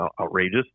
outrageous